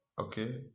okay